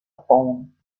phone